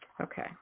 Okay